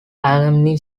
alumni